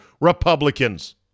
Republicans